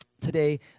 today